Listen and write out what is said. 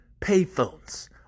payphones